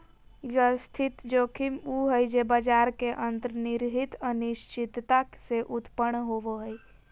व्यवस्थित जोखिम उ हइ जे बाजार के अंतर्निहित अनिश्चितता से उत्पन्न होवो हइ